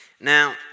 Now